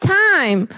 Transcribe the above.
time